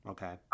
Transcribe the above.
Okay